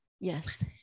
Yes